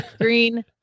green